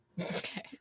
Okay